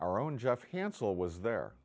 our own jeff hansel was there